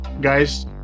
guys